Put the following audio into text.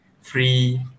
free